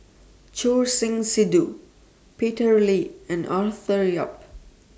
Choor Singh Sidhu Peter Lee and Arthur Yap